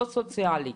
לא סוציאלי,